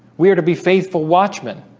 we are to be faithful watchmen